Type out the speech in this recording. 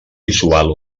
visual